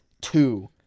two